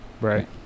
Right